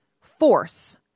force